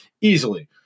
easily